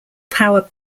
power